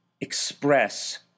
express